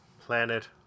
planet